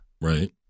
Right